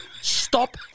Stop